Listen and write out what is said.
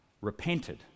repented